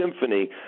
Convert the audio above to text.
Symphony